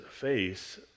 face